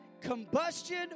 combustion